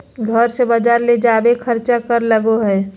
घर से बजार ले जावे के खर्चा कर लगो है?